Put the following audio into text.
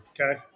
okay